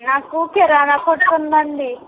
నాకు కిరాణా కొట్టు ఉందండి